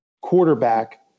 quarterback